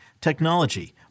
technology